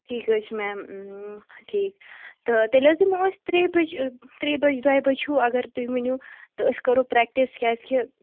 ٹھیٖک حظ چھُ میم ٹھیٖک تہٕ تیٚلہِ حظ یِمو أسۍ ترٛیٚیہِ بَجہِ ترٛیٚیہِ بَجہِ دۄیہِ بَجہِ ہیوٗ اگر تُہۍ ؤنِو تہٕ أسۍ کَرو پریٚکٹِس کیازِ کہِ